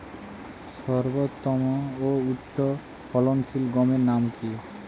সর্বোত্তম ও উচ্চ ফলনশীল গমের নাম কি?